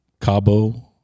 Cabo